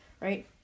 right